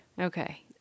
Okay